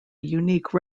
unique